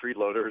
freeloaders